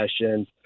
sessions